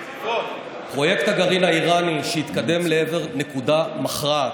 פרויקט הגרעין האיראני, שהתקדם לעבר נקודה מכרעת,